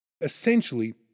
Essentially